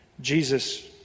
Jesus